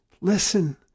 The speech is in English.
listen